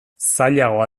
zailagoa